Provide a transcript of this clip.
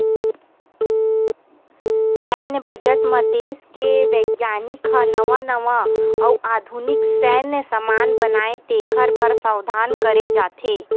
सैन्य बजट म देस के बिग्यानिक ह नवा नवा अउ आधुनिक सैन्य समान बनाए तेखर बर प्रावधान करे जाथे